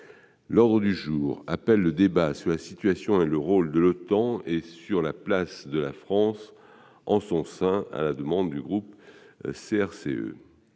fin de la séance.- Débat sur la situation et le rôle de l'OTAN et sur la place de la France en son sein (demande du groupe CRCE)